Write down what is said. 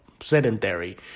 sedentary